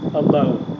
alone